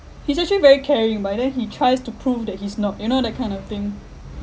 he's actually very caring but then he tries to prove that he's not you know that kind of thing